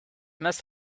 must